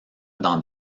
dans